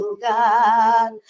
God